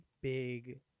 big